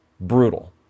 brutal